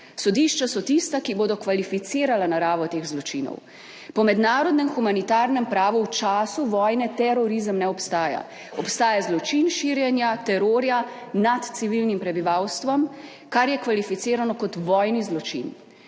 Sodišča so tista, ki bodo kvalificirala naravo teh zločinov. Po mednarodnem humanitarnem pravu v času vojne terorizem ne obstaja, obstaja zločin širjenja terorja nad civilnim prebivalstvom, kar je kvalificirano kot vojni zločin,